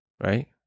right